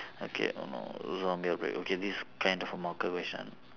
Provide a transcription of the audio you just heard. okay oh no zombie outbreak okay this kind of a question